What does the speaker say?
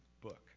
book